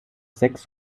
sechs